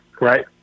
Right